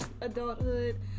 adulthood